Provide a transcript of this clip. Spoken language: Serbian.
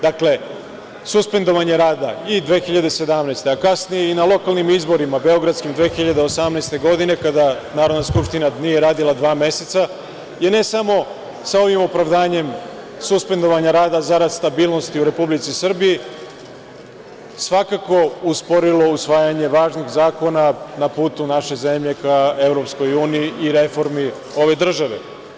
Dakle, suspendovanje rada i 2017. godine, a kasnije i na lokalnim izborima, beogradskim, 2018. godine, kada Narodna skupština nije radila dva meseca, je ne samo sa ovim opravdanjem suspendovanja rada zarad stabilnosti u Republici Srbiji svakako usporilo usvajanje važnih zakona na putu naše zemlje ka Evropskoj uniji i reformi ove države.